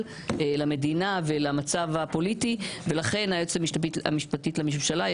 למדינה ולמצב הפוליטי ולכן היועצת המשפטית לממשלה,